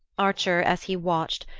archer, as he watched,